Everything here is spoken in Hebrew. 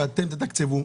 ולהגיד שאתם תתקצבו.